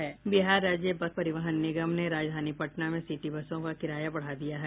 बिहार राज्य पथ परिवहन निगम ने राजधानी पटना में सिटी बसों का किराया बढ़ा दिया है